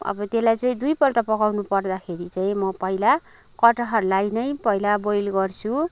अब त्यसलाई चाहिँ दुईपल्ट पकाउनु पर्दाखेरि चाहिँ म पहिला कटहरलाई नै पहिला बोइल गर्छु अनि